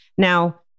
Now